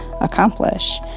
accomplish